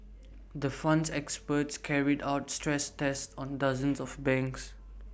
the Fund's experts carried out stress tests on dozens of banks